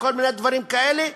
בכל מיני דברים כאלה,